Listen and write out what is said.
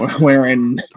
wearing